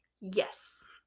yes